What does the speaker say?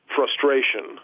frustration